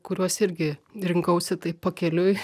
kuriuos irgi rinkausi taip pakeliui